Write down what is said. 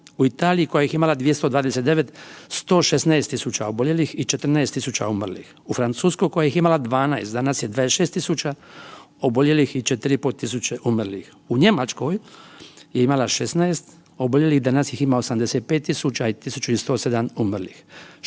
u Italiji koja ih je imala 229, 116.000 oboljelih i 14.000 umrlih, u Francuskoj koja ih je imala 12 danas je 26.000 oboljelih i 4.500 umrlih, u Njemačkoj je imala 16 oboljelih danas ih ima 85.000 i 1.107 umrlih,